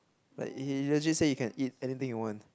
like he he legit say you can eat anything you want